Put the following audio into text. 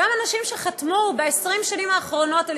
גם האנשים שחתמו ב-20 השנים האחרונות על